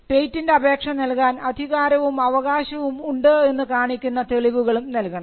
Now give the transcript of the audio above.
patent അപേക്ഷ നൽകാൻ അധികാരവും അവകാശവും ഉണ്ട് എന്ന് കാണിക്കുന്ന തെളിവുകളും നൽകണം